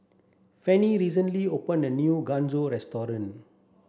Fanny recently opened a new Gyoza restaurant